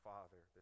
Father